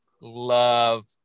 love